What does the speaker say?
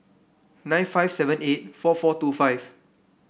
nine five seven eight four four two five